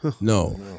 No